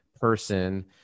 person